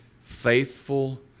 Faithful